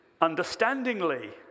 understandingly